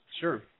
sure